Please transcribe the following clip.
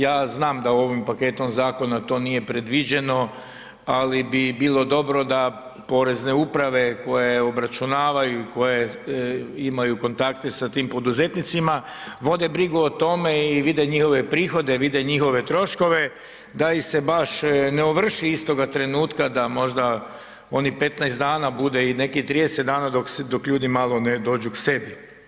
Ja znam da ovim paketom zakona to nije bilo predviđeno, ali bi bilo dobro porezne uprave koje obračunavaju i koje imaju kontakte sa tim poduzetnicima vode brigu o tome i vide njihove prihode, vide njihove troškove, da ih se baš ne ovrši istoga trenutka, da možda onih 15 dana bude i nekih 30 dana dok ljudi malo ne dođu k sebi.